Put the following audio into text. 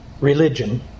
religion